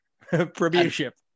Premiership